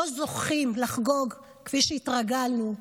לא זוכים לחגוג כפי שהתרגלנו,